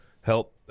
help